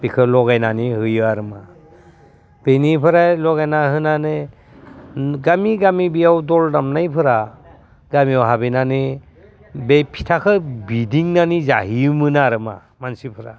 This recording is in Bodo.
बेखो लगायनानै होयो आरो मा बेनिफ्राय लगायना होनानै गामि गामि बियाव दल दामनायफोरा गामियाव हाबहैनानै बे फिथाखो बिदिंनानै जायोमोन आरो मा मानसिफोरा